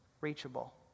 reachable